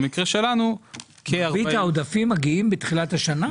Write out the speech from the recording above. במקרה שלנו --- מרבית העודפים מגיעים בתחילת השנה?